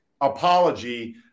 apology